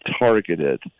targeted